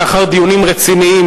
לאחר דיונים רציניים,